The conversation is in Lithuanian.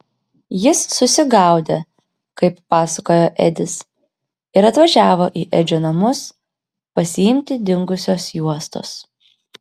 jis susigaudę kaip pasakojo edis ir atvažiavo į edžio namus pasiimti dingusios juostos